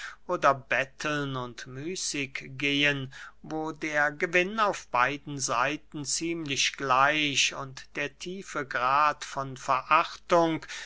oder betteln und müßiggehen wo der gewinn auf beiden seiten ziemlich gleich und der tiefe grad von verachtung